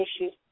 issues